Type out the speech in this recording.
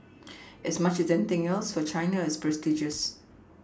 as much as anything else for China it's prestigious